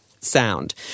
sound